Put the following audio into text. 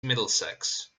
middlesex